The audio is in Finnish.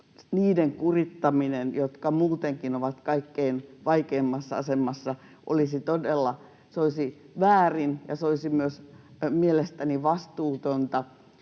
niiden kurittaminen, jotka muutenkin ovat kaikkein vaikeimmassa asemassa, olisi väärin, ja se olisi myös mielestäni vastuutonta,